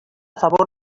favor